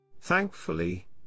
Thankfully